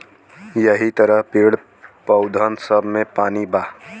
यहि तरह पेड़, पउधन सब मे पानी बा